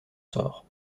sort